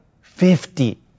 fifty